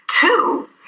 Two